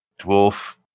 dwarf